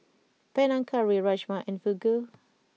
Panang Curry Rajma and Fugu